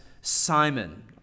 Simon